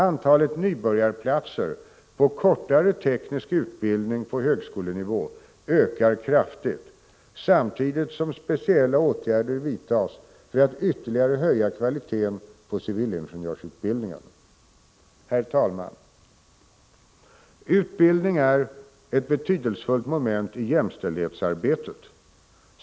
Antalet nybörjarplatser på kortare teknisk utbildning på högskolenivå ökar kraftigt samtidigt som speciella åtgärder vidtas för att ytterligare höja kvaliteten på civilingenjörsutbildningen. Herr talman! Utbildning är ett betydelsefullt moment i jämställdhetsarbetet.